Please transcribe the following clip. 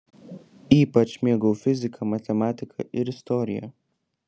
ypač mėgau fiziką matematiką ir istoriją